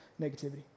negativity